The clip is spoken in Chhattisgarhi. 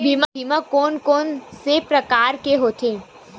बीमा कोन कोन से प्रकार के होथे?